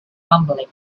rumbling